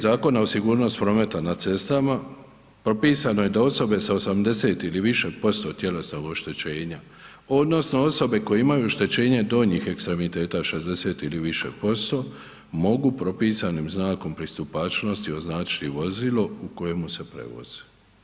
Zakona o sigurnosti prometa na cestama, propisano je da osobe sa 80 ili više posto tjelesnog oštećenja odnosno osobe koje imaju oštećenje donjih ekstremiteta, 60 ili više posto, mogu propisanim znakom pristupačnosti označiti vozilo u kojemu se prevozi.